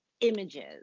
images